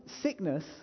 Sickness